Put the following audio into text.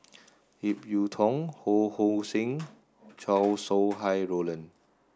Ip Yiu Tung Ho Hong Sing Chow Sau Hai Roland